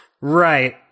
right